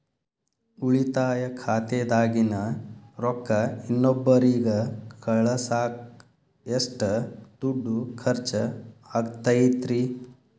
ಉಳಿತಾಯ ಖಾತೆದಾಗಿನ ರೊಕ್ಕ ಇನ್ನೊಬ್ಬರಿಗ ಕಳಸಾಕ್ ಎಷ್ಟ ದುಡ್ಡು ಖರ್ಚ ಆಗ್ತೈತ್ರಿ?